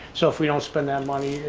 so if we don't spend that money,